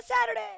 Saturday